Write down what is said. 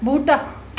बूह्टा